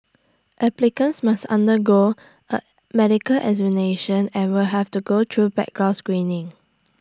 applicants must undergo A medical examination and will have to go through background screening